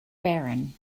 baron